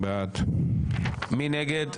מי נגד?